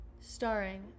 Starring